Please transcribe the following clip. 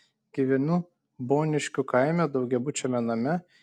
gyvenu boniškių kaime daugiabučiame name